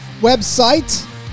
website